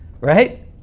right